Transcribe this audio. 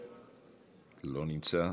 לא נמצא,